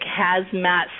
hazmat